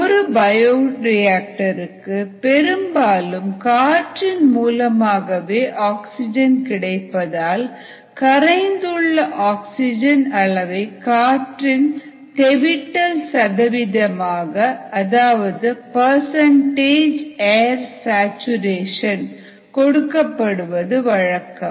ஒரு பயோரியாக்டருக்கு பெரும்பாலும் காற்றின் மூலமாகவே ஆக்ஸிஜன் கிடைப்பதால் கரைந்துள்ள ஆக்ஸிஜன் அளவை காற்றின் தெவிட்டல் சதவிகிதமாக அதாவது பர்சன்டேஜ் ஏர் சாட்சுரேசன் கொடுக்கப்படுவது வழக்கம்